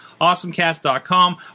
awesomecast.com